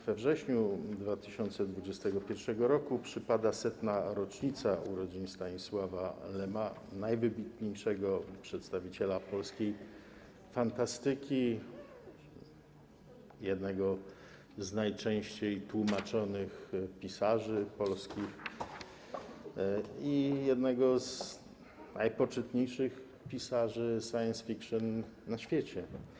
We wrześniu 2021 r. przypada 100. rocznica urodzin Stanisława Lema - najwybitniejszego przedstawiciela polskiej fantastyki, jednego z najczęściej tłumaczonych pisarzy polskich i jednego z najpoczytniejszych pisarzy science fiction na świecie.